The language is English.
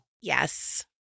Yes